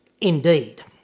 indeed